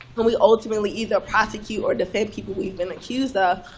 when we ultimately either prosecute or defend people we've been accused of,